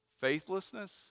faithlessness